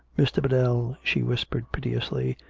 mr. biddell, she whispered piteously,